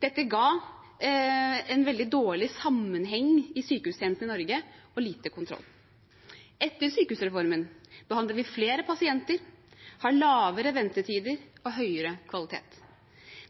Dette ga en veldig dårlig sammenheng i sykehustjenesten i Norge, og lite kontroll. Etter sykehusreformen behandler vi flere pasienter, har lavere ventetider og høyere kvalitet.